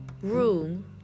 room